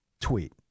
tweet